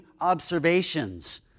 observations